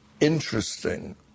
interesting